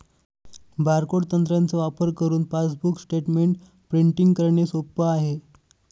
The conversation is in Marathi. बारकोड तंत्राचा वापर करुन पासबुक स्टेटमेंट प्रिंटिंग करणे सोप आहे